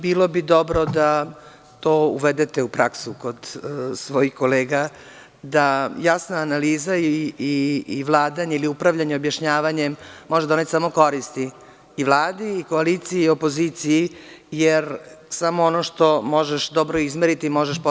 Bilo bi dobro da to uvedete u praksu kod svojih kolega, da jasna analiza i vladanje ili upravljanje objašnjavanjem može doneti samo koristi i Vladi i koaliciji i opoziciji, jer samo ono što možeš dobro izmeriti, možeš posle dobro menjati.